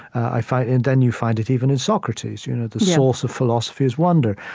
i find and then you find it even in socrates you know the source of philosophy is wonder.